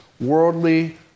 worldly